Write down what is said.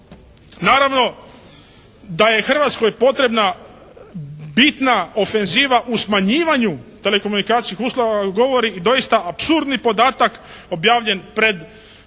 Naravno da je Hrvatskoj potrebna bitna ofenziva u smanjivanju telekomunikacijskih usluga i …/Govornik se ne razumije./… govori apsurdni podatak objavljen pred koji